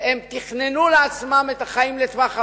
הם תכננו לעצמם את החיים לטווח ארוך,